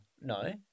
No